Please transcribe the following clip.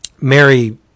Mary